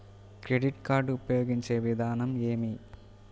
Credit card ఉపయోగించే విధానం ఏమి?